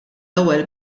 ewwel